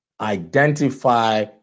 Identify